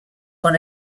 one